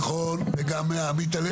נכון, וגם עמית הלוי.